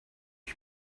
ich